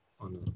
on